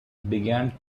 began